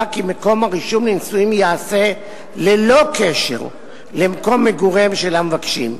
כי מקום הרישום לנישואים ייעשה ללא קשר למקום מגוריהם של המבקשים.